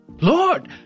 Lord